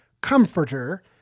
comforter